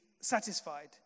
satisfied